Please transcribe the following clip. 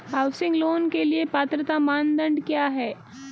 Housing loan के लिए पात्रता मानदंड क्या हैं?